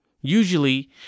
Usually